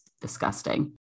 disgusting